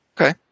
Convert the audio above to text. Okay